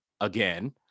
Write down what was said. again